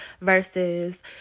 versus